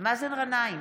מאזן גנאים,